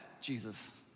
Jesus